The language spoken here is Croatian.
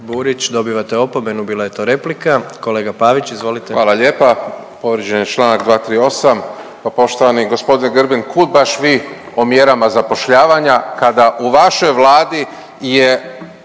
Burić dobivate opomenu bila je to replika. Kolega Pavić izvolite. **Pavić, Marko (HDZ)** Hvala lijepa. Povrijeđen je čl. 238., pa poštovani g. Grbin kud baš vi o mjerama zapošljavanja kada u vašoj vladi je